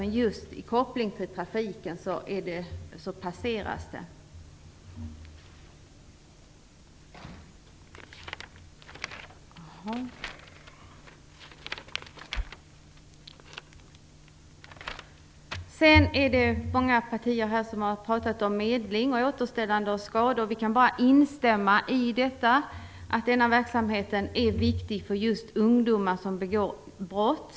Men i koppling till trafiken får det passera. Många partier har pratat här om medling och återställande av skador. Vi kan bara instämma i att denna verksamhet är viktig just för ungdomar som begår brott.